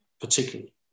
particularly